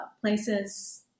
places